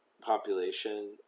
population